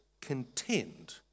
contend